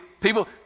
People